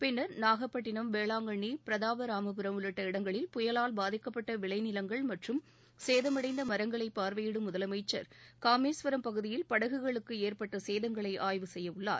பின்னர் நாகப்பட்டிணம் வேளாங்கண்ணி பிரதாப ராமபுரம் உள்ளிட்ட இடங்களில் புயலால் பாதிக்கப்பட்ட விளைநிலங்கள் மற்றும் சேதமடைந்த மரங்களை பார்வையிடும் முதலமைச்சர் காமேஸ்வரம் பகுதியில் படகுகளுக்கு ஏற்பட்ட சேதங்களை ஆய்வு செய்யவுள்ளார்